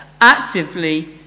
Actively